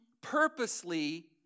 purposely